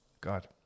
God